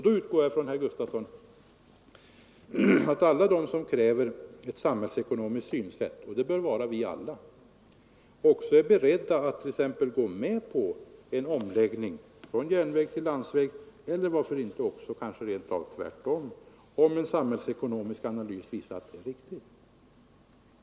Då utgår jag från, herr Sven Gustafson i Göteborg, att alla de som kräver ett samhällsekonomiskt synsätt — och det gör vi alla — också är beredda att t.ex. gå med på en omläggning från järnväg till landsväg eller, varför inte, rent av tvärtom, om en samhällsekonomisk analys visar att det är riktigt.